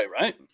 right